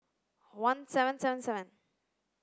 one seven seven seven